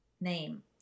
name